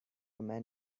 man